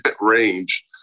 range